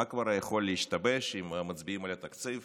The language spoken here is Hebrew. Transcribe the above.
מה כבר יכול להשתבש אם מצביעים על התקציב